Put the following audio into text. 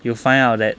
you'll find out that